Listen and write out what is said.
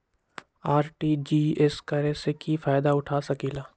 RTGS करे से की फायदा उठा सकीला?